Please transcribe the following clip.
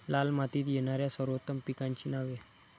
लाल मातीत येणाऱ्या सर्वोत्तम पिकांची नावे?